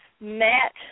Matt